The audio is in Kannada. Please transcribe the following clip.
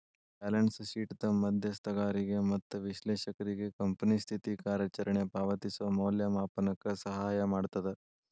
ಬ್ಯಾಲೆನ್ಸ್ ಶೇಟ್ದ್ ಮಧ್ಯಸ್ಥಗಾರಿಗೆ ಮತ್ತ ವಿಶ್ಲೇಷಕ್ರಿಗೆ ಕಂಪನಿ ಸ್ಥಿತಿ ಕಾರ್ಯಚರಣೆ ಪಾವತಿಸೋ ಮೌಲ್ಯಮಾಪನಕ್ಕ ಸಹಾಯ ಮಾಡ್ತದ